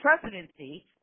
presidency